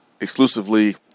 exclusively